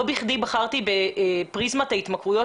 לא בכדי בחרתי בפריזמת ההתמכרויות,